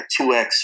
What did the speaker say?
2x